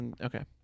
okay